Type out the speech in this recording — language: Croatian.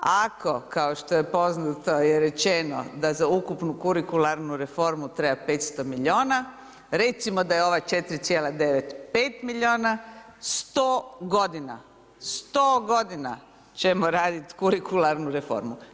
Ako kao što je poznato je rečeno da za ukupnu kurikularnu reformu treba 500 milijuna, recimo da je ova 4,9 pet milijuna, 100 godina, 100 godina ćemo raditi kurikularnu reformu.